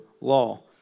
law